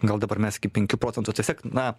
gal dabar mes iki penkių procentų tiesiog na